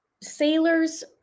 sailors